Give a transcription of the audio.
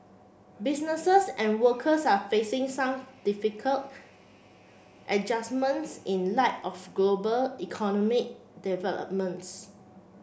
businesses and workers are facing some difficult adjustments in light of global economic developments